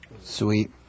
Sweet